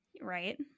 right